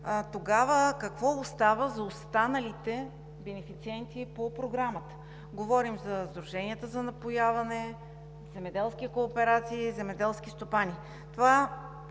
тогава какво остава за останалите бенефициенти по Програмата – говорим за сдруженията за напояване, земеделски кооперации, земеделски стопани?